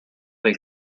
del